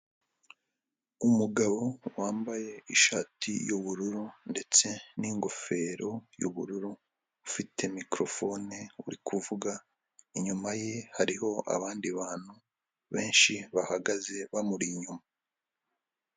Umugabo wambaye ishati y'ubururu ndetse n'ingofero y'ubururu ufite mikorofone uri kuvuga inyuma ye hariho abandi bantu benshi bahagaze bamuri inyuma.